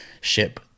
ship